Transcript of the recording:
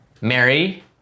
Mary